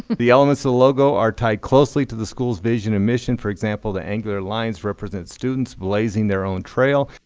the elements of the logo are tied closely to the school's vision and mission. for example, the angular lines represent students blazing their own trail.